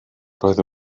roedd